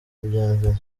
bienvenue